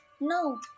No